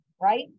right